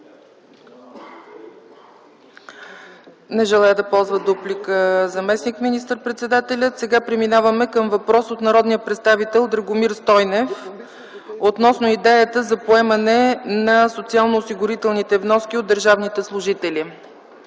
не желае да ползва дуплика. Преминаваме към въпрос от народния представител Драгомир Стойнев относно идеята за поемане на социалноосигурителните вноски от държавните служители.